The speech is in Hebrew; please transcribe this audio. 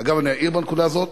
אגב, אני אעיר בנקודה הזאת: